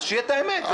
שתהיה האמת.